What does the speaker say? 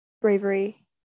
bravery